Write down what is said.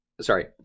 sorry